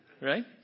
Right